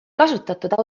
kasutatud